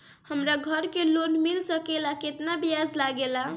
हमरा घर के लोन मिल सकेला केतना ब्याज लागेला?